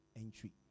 Entry